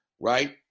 right